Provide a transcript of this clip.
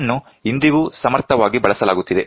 ಇದನ್ನು ಇಂದಿಗೂ ಸಮರ್ಥವಾಗಿ ಬಳಸಲಾಗುತ್ತಿದೆ